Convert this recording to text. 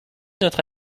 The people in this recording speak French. notre